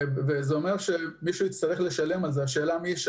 זה אומר שמישהו יצטרך לשלם את המחיר השאלה מי.